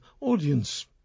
audience